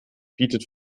bietet